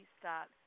start